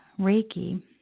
Reiki